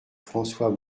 françois